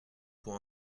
pour